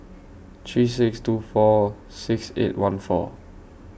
three six two four six eight one four